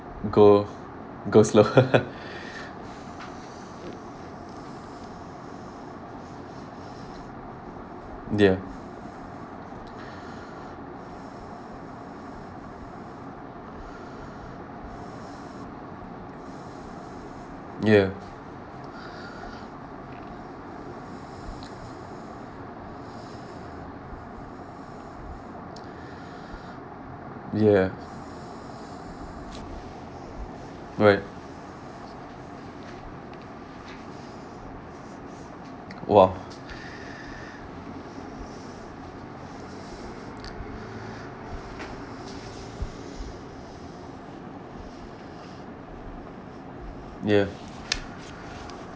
go go slow ya ya ya right !wah! ya